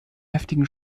heftigen